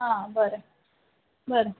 आ बरें बरें